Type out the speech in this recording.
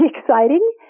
exciting